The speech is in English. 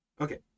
Okay